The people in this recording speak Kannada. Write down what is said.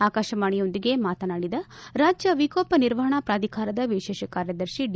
ಆಕಾಶವಾಣಿಯೊಂದಿಗೆ ಮಾತನಾಡಿದ ರಾಜ್ಯ ವಿಕೋಪ ನಿರ್ವಹಣಾ ಪ್ರಾಧಿಕಾರದ ವಿಶೇಷ ಕಾರ್ಯದರ್ಶಿ ಡಿ